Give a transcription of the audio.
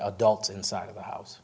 adults inside of the house